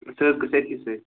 سُہ حظ گژھِ أتھی سۭتۍ